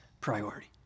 priority